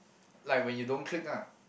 like when you don't click ah